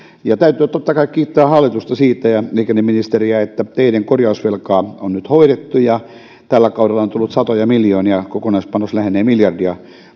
täytyy totta kai kiittää hallitusta ja liikenneministeriä siitä että teiden korjausvelkaa on nyt hoidettu ja tällä kaudella on tullut satoja miljoonia kokonaispanos lähenee miljardia